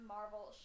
Marvel